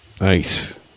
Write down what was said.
Nice